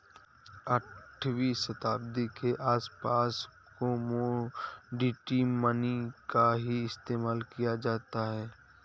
आठवीं शताब्दी के आसपास कोमोडिटी मनी का ही इस्तेमाल किया जाता था